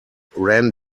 ran